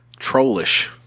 trollish